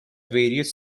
various